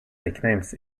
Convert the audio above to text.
nicknames